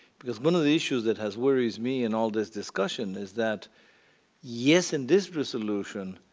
because one of the issues that has worries me in all this discussion is that yes, in this resolution,